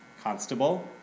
Constable